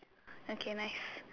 okay nice